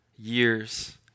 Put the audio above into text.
Years